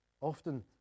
often